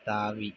தாவி